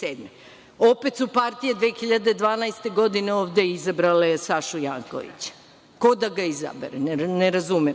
godine. Opet su partije 2012. godine ovde izabrale Sašu Jankovića. Ko da ga izabere, ne razumem?